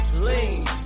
Lean